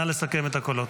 נא לסכם את הקולות.